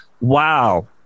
wow